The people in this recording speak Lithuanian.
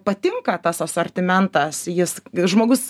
patinka tas asortimentas jis žmogus